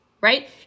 right